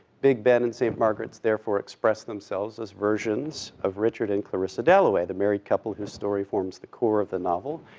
big ben and st. margaret's, therefore, express themselves as versions of richard and clarissa dalloway, the married couple whose story forms the core of the novel.